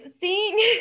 seeing